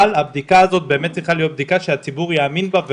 הבדיקה צריכה להיות בדיקה שהציבור יאמין בה.